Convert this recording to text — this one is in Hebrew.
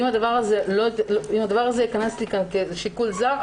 ואם הדבר הזה ייכנס כאן כשיקול זר,